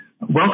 Welcome